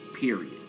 period